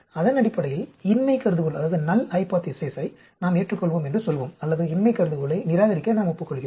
அதன் அடிப்படையில் இன்மை கருதுகோளை நாம் ஏற்றுக்கொள்வோம் என்று சொல்வோம் அல்லது இன்மை கருதுகோளை நிராகரிக்க நாம் ஒப்புக்கொள்கிறோம்